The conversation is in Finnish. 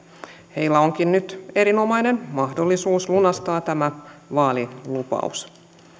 heillä onkin nyt erinomainen mahdollisuus lunastaa tämä vaalilupaus